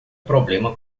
problema